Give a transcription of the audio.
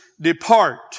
Depart